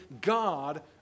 God